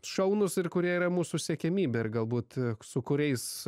šaunūs ir kurie yra mūsų siekiamybė ir galbūt su kuriais